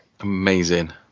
Amazing